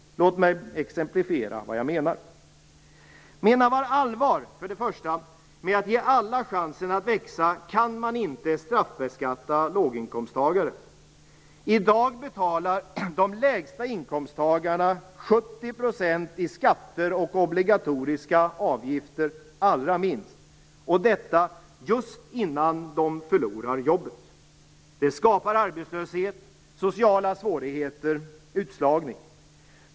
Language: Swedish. Låt mig exemplifiera vad jag menar. För det första: Menar man allvar med att ge alla chansen att växa kan man inte straffbeskatta låginkomsttagare. I dag betalar de lägsta inkomsttagarna 70 % i skatter och obligatoriska avgifter - allra minst. Detta just innan de förlorar jobbet. Det skapar arbetslöshet, sociala svårigheter, utslagning.